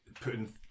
putting